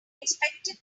inspected